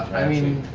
i mean,